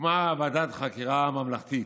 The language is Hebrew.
הוקמה ועדת החקירה הממלכתית.